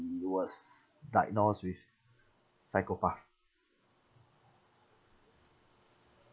was diagnosed with psychopath